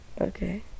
Okay